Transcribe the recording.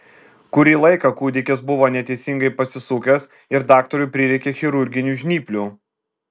kurį laiką kūdikis buvo neteisingai pasisukęs ir daktarui prireikė chirurginių žnyplių